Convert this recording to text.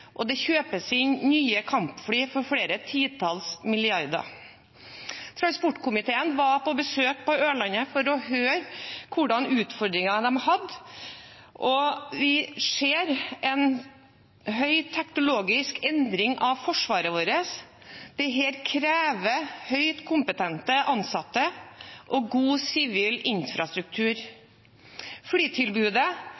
var på besøk på Ørlandet for å høre hvilke utfordringer de har. Vi ser en høyteknologisk endring av forsvaret vårt. Dette krever høyt kompetente ansatte og god sivil infrastruktur.